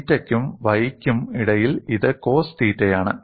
തീറ്റയ്ക്കും y നും ഇടയിൽ ഇത് കോസ് തീറ്റയാണ്